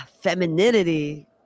femininity